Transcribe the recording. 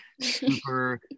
Super